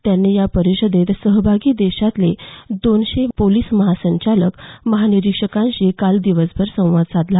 त्यांनी या परिषदेत सहभागी देशभरातले दोनशे पोलिस महासंचालक महानिरिक्षकांशी काल दिवसभर संवाद साधला